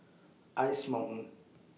Ice Mountain